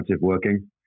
working